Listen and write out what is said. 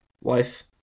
wife